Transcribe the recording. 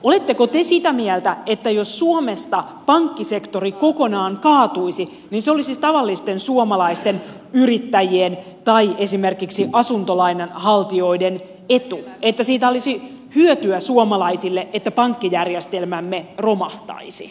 oletteko te sitä mieltä että jos suomesta pankkisektori kokonaan kaatuisi niin se olisi tavallisten suomalaisten yrittäjien tai esimerkiksi asuntolainan haltijoiden etu siitä olisi hyötyä suomalaisille että pankkijärjestelmämme romahtaisi